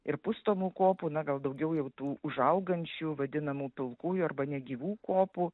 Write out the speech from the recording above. ir pustomų kopų na gal daugiau jau tų užaugančių vadinamų pilkųjų arba negyvų kopų